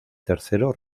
tercero